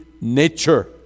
nature